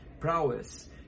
Prowess